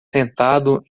sentado